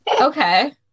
Okay